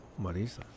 Marisa